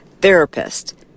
therapist